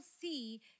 see